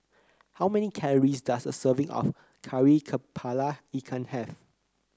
how many calories does a serving of Kari kepala Ikan have